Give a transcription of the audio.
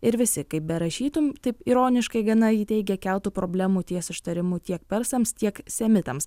ir visi kaip berašytum taip ironiškai gana ji teigia keltų problemų tiek su ištarimu tiek persams tiek semitams